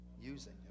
using